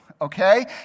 Okay